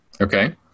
Okay